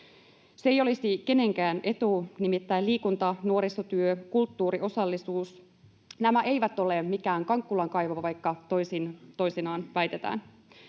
Se ei olisi kenenkään etu. Nimittäin liikunta, nuorisotyö, kulttuuri, osallisuus — nämä eivät ole mikään Kankkulan kaivo, vaikka toisin toisinaan väitetään.